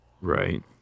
Right